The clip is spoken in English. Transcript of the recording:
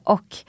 Och